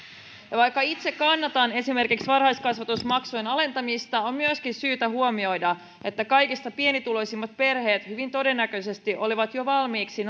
toimintansa vaikka itse kannatan esimerkiksi varhaiskasvatusmaksujen alentamista on myöskin syytä huomioida että kaikista pienituloisimmat perheet hyvin todennäköisesti olivat jo valmiiksi